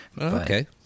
Okay